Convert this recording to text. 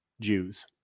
Jews